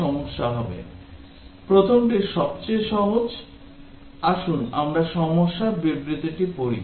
প্রথমটি সবচেয়ে সহজ আসুন আমরা সমস্যার বিবৃতিটি পড়ি